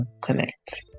connect